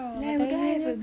like do I have a good